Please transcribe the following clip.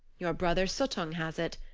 your brother suttung has it.